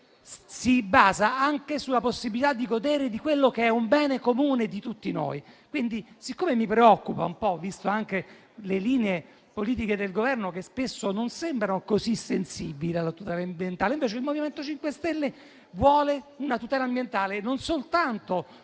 si basa anche sulla possibilità di godere di quello che è un bene comune di tutti noi. Le linee politiche del Governo spesso non sembrano così sensibili alla tutela ambientale, invece il MoVimento 5 Stelle vuole la tutela ambientale, non soltanto